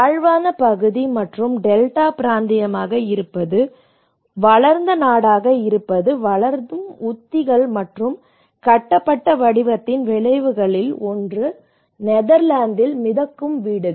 தாழ்வான பகுதி மற்றும் டெல்டா பிராந்தியமாக இருப்பது வளர்ந்த நாடாக இருப்பது வளரும் உத்திகள் மற்றும் கட்டப்பட்ட வடிவத்தின் விளைவுகளில் ஒன்று நெதர்லாந்தில் மிதக்கும் வீடுகள்